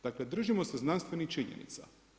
Dakle držimo se znanstvenih činjenica.